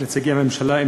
נציגי הממשלה,